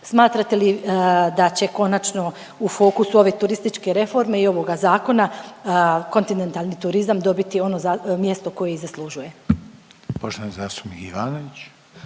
Smatrate li da će konačno u fokusu ove turističke reforme i ovoga zakona kontinentalni turizam dobiti ono mjesto koje i zaslužuje?